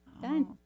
Done